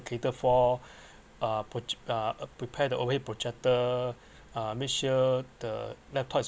cater for uh put uh prepare the overhead projector uh make sure the laptop is